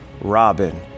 Robin